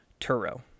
Turo